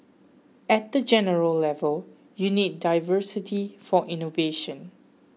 at the general level you need diversity for innovation